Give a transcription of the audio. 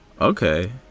Okay